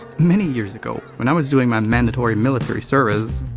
many years ago, when i was doing my mandatory military service,